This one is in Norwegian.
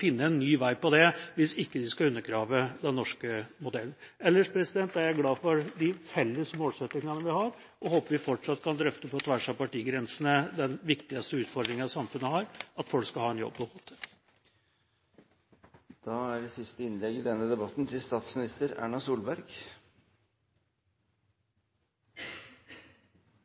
finne en ny vei her hvis vi ikke skal undergrave den norske modellen. Ellers er jeg glad for de felles målsettingene vi har og håper vi fortsatt kan drøfte på tvers av partigrensene den viktigste utfordringen samfunnet har, at folk skal ha en jobb å gå til.